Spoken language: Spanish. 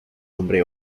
hombre